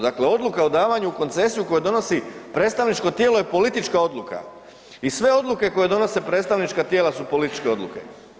Dakle, odluka o davanju u koncesiju koje donosi predstavničko tijelo je politička odluka i sve odluke koje donose predstavnička tijela su političke odluke.